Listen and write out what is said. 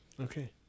Okay